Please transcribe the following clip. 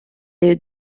est